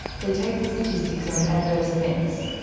they take the statistics on adverse events,